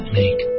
make